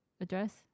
address